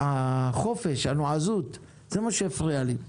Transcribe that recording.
החופש, הנועזות, זה מה שהפריע לי.